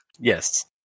Yes